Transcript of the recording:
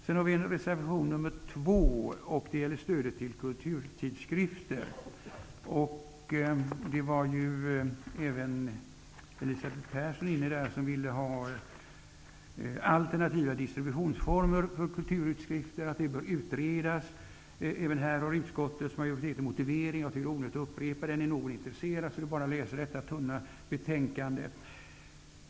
Vidare har vi reservation nr 2, som gäller stöd till kulturtidskrifter. Även Elisabeth Persson var inne på den frågan, och hon ville ha alternativa distributionsformer för kulturtidskrifter. Hon anser att förslagen bör utredas. Även här har utskottets majoritet en motivering. Det är onödigt att upprepa den. Om någon är intresserad är det bara att läsa detta tunna betänkande.